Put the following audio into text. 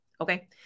okay